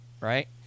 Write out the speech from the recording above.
right